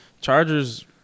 Chargers